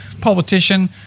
politician